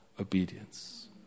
obedience